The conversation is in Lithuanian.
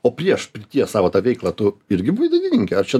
o prieš pirties savo tą veiklą tu irgi buvai dainininkė ar čia